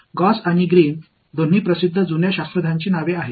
cos மற்றும் Green இரண்டும் பிரபலமான விஞ்ஞானிகளின் பெயர்கள்